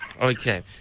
okay